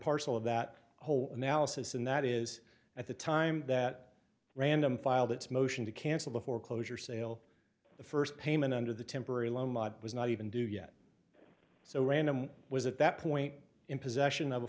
parcel of that whole analysis and that is at the time that random filed its motion to cancel the foreclosure sale the first payment under the temporary loan was not even do yet so random was at that point in possession